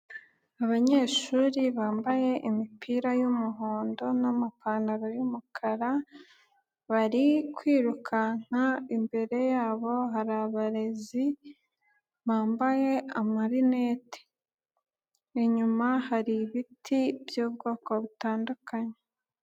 Abanyeshuri bambaye imipira y'umuhondo n'amapantaro y'umukara, bari kwirukanka, imbere yabo hari abarezi bambaye amarinete. Inyuma hari ibiti by'ubwoko butandukanye.